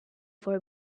for